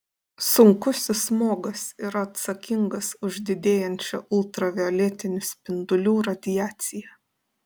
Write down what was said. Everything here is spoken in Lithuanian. sunkusis smogas yra atsakingas už didėjančią ultravioletinių spindulių radiaciją